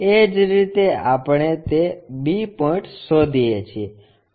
એ જ રીતે આપણે તે b પોઇન્ટ શોધીએ છીએ